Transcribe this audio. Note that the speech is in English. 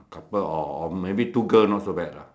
but or or maybe two girl not so bad lah